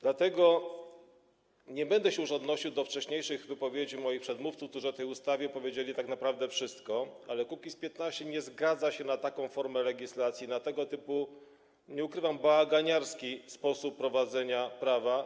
Dlatego nie będę się już odnosił do wcześniejszych wypowiedzi moich przedmówców, którzy o tej ustawie powiedzieli tak naprawdę wszystko, ale Kukiz’15 nie zgadza się na taką formę legislacji, na tego typu, nie ukrywam, bałaganiarski sposób prowadzenia prawa.